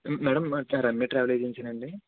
madam M A travel agency నా అండి